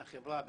את החברה וכו'.